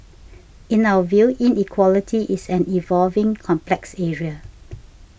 in our view inequality is an evolving complex area